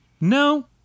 No